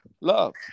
love